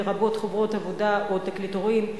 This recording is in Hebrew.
לרבות חוברות עבודה או תקליטורים,